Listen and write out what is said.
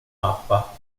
mappa